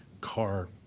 car